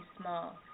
small